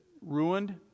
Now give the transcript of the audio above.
ruined